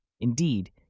Indeed